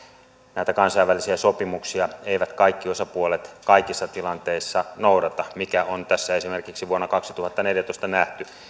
näitä kansainvälisiä sopimuksia eivät kaikki osapuolet kaikissa tilanteissa noudata mikä on tässä esimerkiksi vuonna kaksituhattaneljätoista nähty